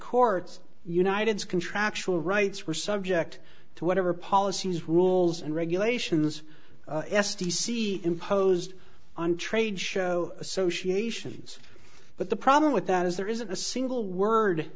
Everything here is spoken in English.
courts united's contractual rights were subject to whatever policies rules and regulations s t c imposed on trade show associations but the problem with that is there isn't a single word